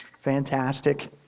fantastic